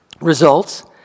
results